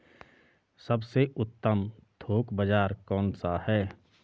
सबसे उत्तम थोक बाज़ार कौन सा है?